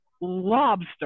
lobster